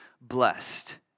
blessed